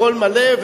הכול מלא,